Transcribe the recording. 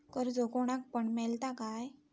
कर्ज कोणाक पण मेलता काय?